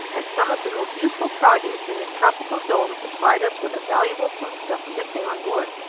and some of the most useful produce in the tropical zones supplied us with a valuable foodstuff missing on board.